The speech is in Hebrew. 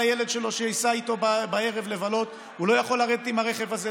הוא לא יכול לתת את הרכב עם ציוד